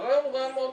והרעיון הוא מאוד פשוט,